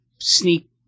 sneak